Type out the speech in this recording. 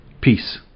Peace